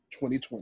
2020